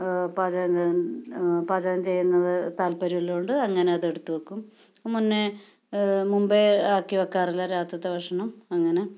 പാചകം ചെയ്യാൻ പാചകം ചെയ്യുന്നത് താല്പര്യമുള്ളതുകൊണ്ട് അങ്ങനെ അതെടുത്ത് വയ്ക്കും മുന്നേ മുമ്പേ ആക്കി വയ്ക്കാറില്ല രാത്രിയിലത്തെ ഭക്ഷണം അങ്ങനെ